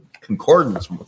concordance